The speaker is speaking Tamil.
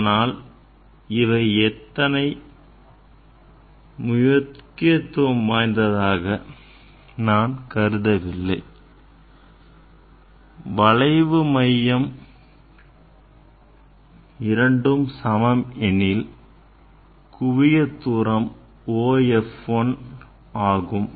ஆனால் இவை அத்தனை முக்கியத்துவம் வாய்ந்ததாக நான் கருதவில்லை வளைவு மையம் இரண்டும் சமம் எனில் குவியத் தூரம் OF1 ஆகும்